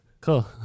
Cool